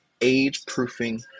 age-proofing